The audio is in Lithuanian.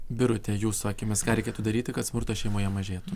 birute jūsų akimis ką reikėtų daryti kad smurtas šeimoje mažėtų